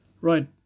Right